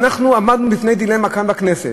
עמדנו בפני דילמה כאן בכנסת,